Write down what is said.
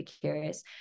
curious